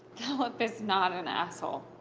philip is not an asshole.